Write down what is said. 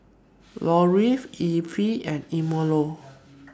Lorri Effie and Emilio